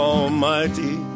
Almighty